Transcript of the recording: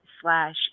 slash